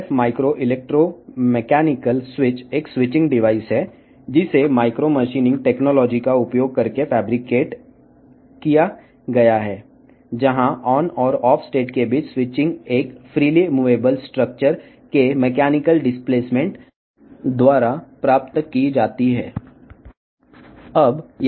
RF micro electro mechanical switch అనేది micro machining టెక్నాలజీని ఉపయోగించి తయారు చేయబడిన ఒక స్విచ్చింగ్ పరికరం ఇక్కడ ON మరియు OFF దశల మధ్య మార్పు స్వేచ్ఛగా కదిలే నిర్మాణం యొక్క యాంత్రిక స్థానభ్రంశం ద్వారా సాధించబడుతుంది